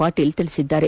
ಪಾಟೀಲ್ ಹೇಳಿದ್ದಾರೆ